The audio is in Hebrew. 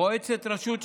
מועצת הרשות,